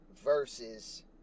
Versus